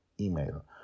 Email